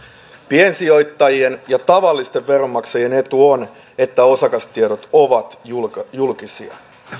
piensijoittajien ja tavallisten veronmaksajien etu on että osakastiedot ovat julkisia julkisia